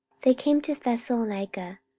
they came to thessalonica,